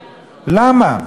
למה?